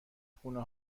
خونه